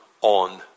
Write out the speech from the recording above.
on